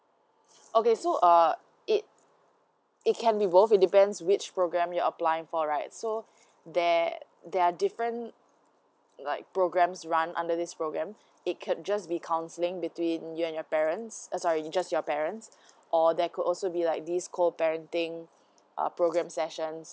okay so err it it can be both in depend which program you're applying for right so there there are different like programs run under this program it could just be counselling between you and your parents uh sorry just your parents or that could also be like this called parenting uh program sessions